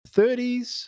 30s